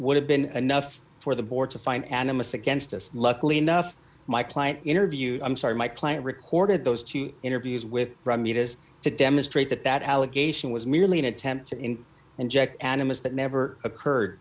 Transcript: would have been enough for the board to find animus against us luckily enough my client interview i'm sorry my client recorded those two interviews with romney has to demonstrate that that allegation was merely an attempt to in inject an image that never occurred